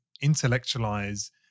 intellectualize